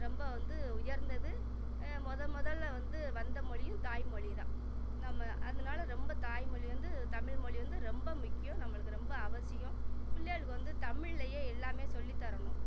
ரொம்ப வந்து உயர்ந்தது மொதல் மொதலில் வந்து வந்த மொழியும் தாய்மொழி தான் நம்ம அதனாலெ ரொம்ப தாய்மொழி வந்து தமிழ் மொழி வந்து ரொம்ப முக்கியம் நம்மளுக்கு ரொம்ப அவசியம் பிள்ளைகளுக்கு வந்து தமிழ்லையே எல்லாமே சொல்லித் தரணும்